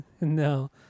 No